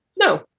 No